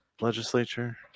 legislature